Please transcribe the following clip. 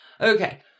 Okay